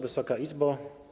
Wysoka Izbo!